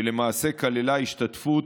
שלמעשה כללה השתתפות,